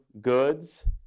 goods